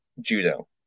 Judo